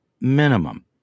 minimum